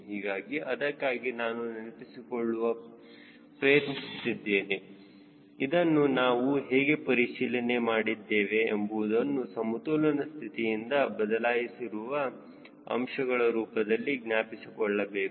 ಹೀಗಾಗಿ ಅದಕ್ಕಾಗಿ ನಾನು ನೆನಪಿಸಿಕೊಳ್ಳಲು ಪ್ರಯತ್ನಿಸುತ್ತಿದ್ದೇನೆ ಇದನ್ನು ನಾವು ಹೇಗೆ ಪರಿಶೀಲನೆ ಮಾಡಿದ್ದೇವೆ ಎಂಬುವುದನ್ನು ಸಮತೋಲನ ಸ್ಥಿತಿಯಿಂದ ಬದಲಾಯಿಸಿರುವ ಅಂಶಗಳ ರೂಪದಲ್ಲಿ ಜ್ಞಾಪಿಸಿಕೊಳ್ಳಬೇಕು